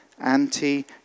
anti